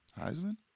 Heisman